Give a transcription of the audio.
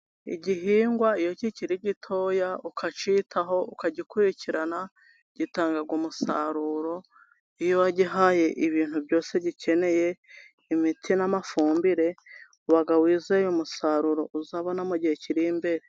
Igihingwa iyo kikiri gitoya ukacyitaho, ukagikurikirana gitanga umusaruro, iyo wagihaye ibintu byose gikeneye imiti n' amafumbire uba wizeye umusaruro uzabona mu gihe kiri imbere.